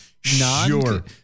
Sure